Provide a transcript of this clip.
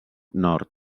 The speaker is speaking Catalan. nord